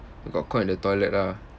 I got caught in the toilet ah